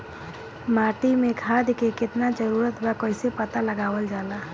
माटी मे खाद के कितना जरूरत बा कइसे पता लगावल जाला?